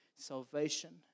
salvation